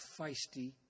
feisty